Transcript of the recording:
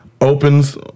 opens